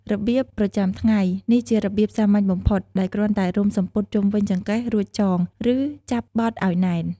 របៀបប្រចាំថ្ងៃ នេះជារបៀបសាមញ្ញបំផុត ដោយគ្រាន់តែរុំសំពត់ជុំវិញចង្កេះ រួចចង ឬចាប់បត់ឲ្យណែន។